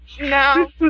No